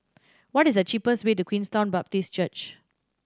what is the cheapest way to Queenstown Baptist Church